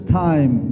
time